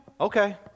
Okay